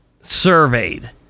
surveyed